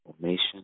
formation